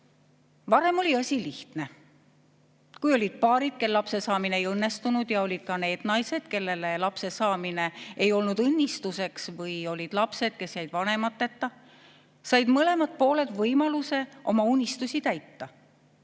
Varem oli asi lihtne. Kui olid paarid, kel lapse saamine ei õnnestunud, ja olid ka naised, kellele lapse saamine ei olnud õnnistuseks, või lapsed, kes jäid vanemateta, said mõlemad pooled võimaluse oma unistusi täita.